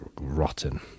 rotten